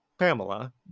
Pamela